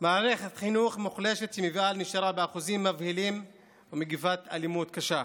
מערכת חינוך מוחלשת שמביאה לנשירה באחוזים מבהילים ומגפת אלימות קשה.